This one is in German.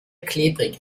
klebrig